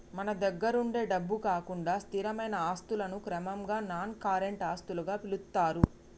మన దగ్గరుండే డబ్బు కాకుండా స్థిరమైన ఆస్తులను క్రమంగా నాన్ కరెంట్ ఆస్తులుగా పిలుత్తారు